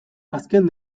azken